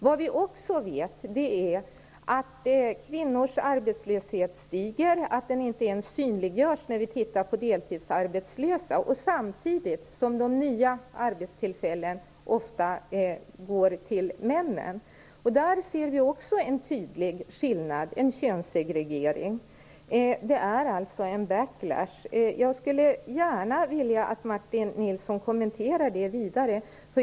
Vad vi också vet är att kvinnors arbetslöshet stiger, att den inte ens synliggörs i fråga om deltidsarbetslösa, samtidigt som de nya arbtstillfällena ofta går till männen. Där ser vi också en tydlig skillnad, en könssegregering. Det är alltså en backlash. Jag skulle gärna vilja att Martin Nilsson kommenterade det vidare.